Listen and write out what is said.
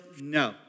No